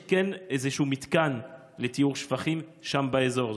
יש כן איזשהו מתקן לטיהור שפכים באזור.